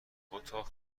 اتاق